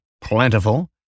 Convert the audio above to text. plentiful